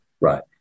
Right